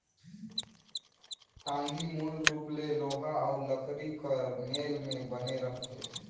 टागी मूल रूप ले लोहा अउ लकरी कर मेल मे बने रहथे